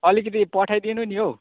अलिकति पठाइदिनु नि हौ